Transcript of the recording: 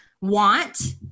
want